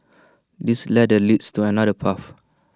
this ladder leads to another path